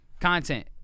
Content